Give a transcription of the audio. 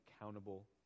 accountable